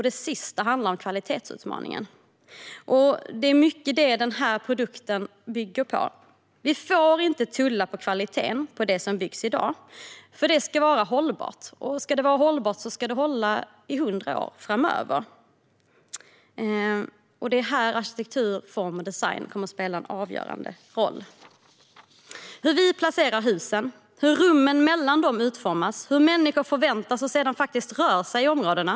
Den tredje är kvalitetsutmaningen, vilket denna proposition mycket handlar om. Vi får inte tumma på kvaliteten på det som byggs i dag, för det ska hålla i hundra år. Här spelar arkitektur, form och design en avgörande roll. Det handlar om hur vi placerar husen och hur utrymmet mellan dem utformas. Det handlar om hur människor förväntas röra sig och sedan faktiskt rör sig i områdena.